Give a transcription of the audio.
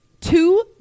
two